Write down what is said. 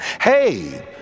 Hey